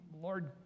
Lord